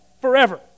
forever